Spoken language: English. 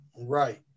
right